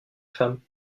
femme